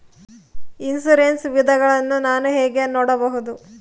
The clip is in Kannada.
ಇನ್ಶೂರೆನ್ಸ್ ವಿಧಗಳನ್ನ ನಾನು ಹೆಂಗ ನೋಡಬಹುದು?